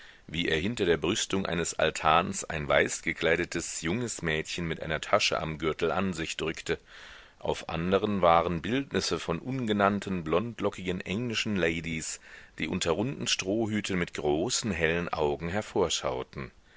wie er hinter der brüstung eines altans ein weiß gekleidetes junges mädchen mit einer tasche am gürtel an sich drückte auf anderen waren bildnisse von ungenannten blondlockigen englischen ladys die unter runden strohhüten mit großen hellen augen